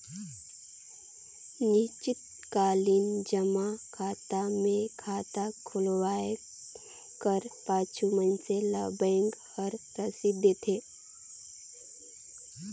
निस्चित कालीन जमा खाता मे खाता खोलवाए कर पाछू मइनसे ल बेंक हर रसीद देथे